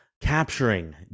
capturing